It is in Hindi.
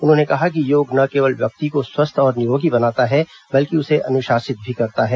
उन्होंने कहा कि योग न केवल व्यक्ति को स्वस्थ और निरोगी बनाता है बल्कि उसे अनुशासित भी करता है